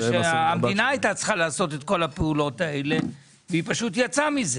המדינה הייתה צריכה לעשות את כל הפעולות האלה והיא פשוט יצאה מזה